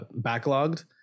backlogged